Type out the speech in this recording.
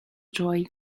joy